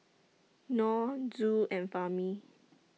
Nor Zul and Fahmi